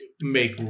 make